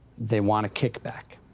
they want a kickback.